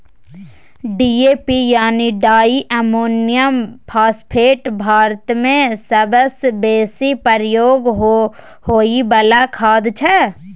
DAP यानी di ammonium phosphate भारतमे सबसँ बेसी प्रयोग होइ बला खाद छै